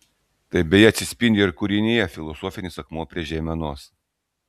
tai beje atsispindi ir kūrinyje filosofinis akmuo prie žeimenos